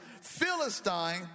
Philistine